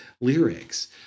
lyrics